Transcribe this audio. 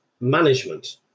management